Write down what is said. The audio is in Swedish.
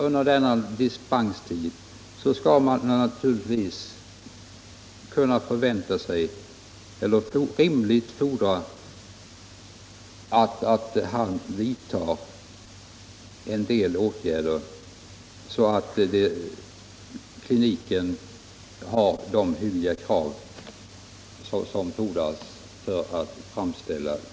Under denna dispenstid skall man naturligtvis ovillkorligen fordra att dr Sandberg vidtar erforderliga åtgärder för att kliniken skall motsvara de krav som ställs för tillverkning av THX.